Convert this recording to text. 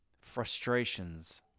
frustrations